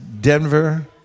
Denver